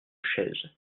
chaise